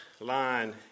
line